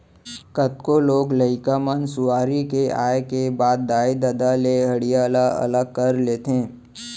कतको लोग लइका मन सुआरी के आए के बाद दाई ददा ले हँड़िया ल अलग कर लेथें